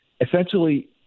essentially